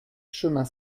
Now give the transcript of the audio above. chemin